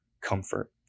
comfort